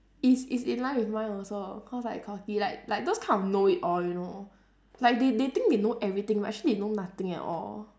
it's it's in line with mine also cause like cocky like like those kind of know it all you know like they they think they know everything but actually they know nothing at all